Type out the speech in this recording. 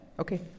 Okay